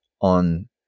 on